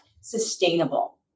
sustainable